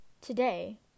Today